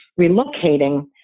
relocating